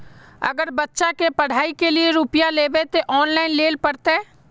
अगर बच्चा के पढ़ाई के लिये रुपया लेबे ते ऑनलाइन लेल पड़ते?